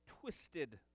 twisted